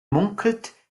munkelt